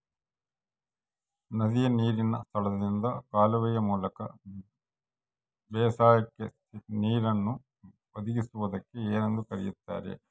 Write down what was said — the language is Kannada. ನದಿಯ ನೇರಿನ ಸ್ಥಳದಿಂದ ಕಾಲುವೆಯ ಮೂಲಕ ಬೇಸಾಯಕ್ಕೆ ನೇರನ್ನು ಒದಗಿಸುವುದಕ್ಕೆ ಏನೆಂದು ಕರೆಯುತ್ತಾರೆ?